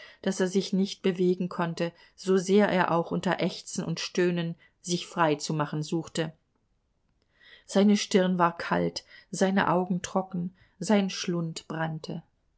daß er sich nicht bewegen konnte so sehr er auch unter ächzen und stöhnen sich frei zu machen suchte seine stirn war kalt seine augen trocken sein schlund brannte